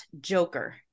Joker